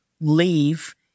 leave